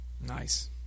Nice